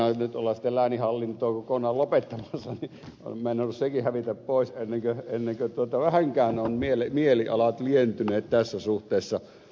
nyt ollaan sitten lääninhallintoa kokonaan lopettamassa on meinannut sekin hävitä pois ennen kuin vähänkään ovat mielialat lientyneet tässä suhteessa